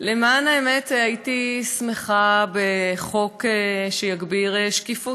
למען האמת הייתי שמחה בחוק שיגביר שקיפות.